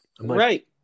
right